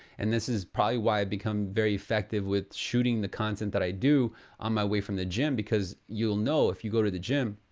and this is probably why i've become very effective with shooting the content that i do on my way from the gym because you'll know if you go to the gym,